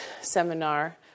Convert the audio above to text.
seminar